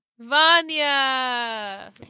Vanya